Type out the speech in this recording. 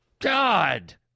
God